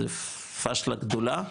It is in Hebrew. זה פשלה גדולה,